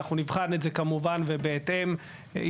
אנחנו בוחנים את הכבישים האדומים ואת סוגי הרכב שבהם יש